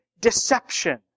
deception